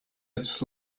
its